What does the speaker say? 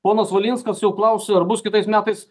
ponas valinskas jau klausia ar bus kitais metais